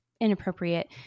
inappropriate